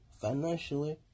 financially